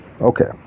Okay